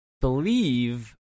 believe